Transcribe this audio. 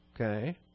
okay